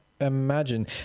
imagine